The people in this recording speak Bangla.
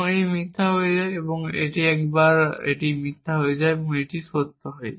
এবং এটি মিথ্যা হয়ে যায় এবং একবার এটি এবং এটি মিথ্যা হয়ে যায় এটি সত্য হয়